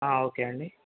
okay అండి